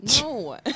No